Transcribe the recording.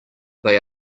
they